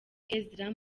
ezra